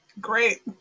Great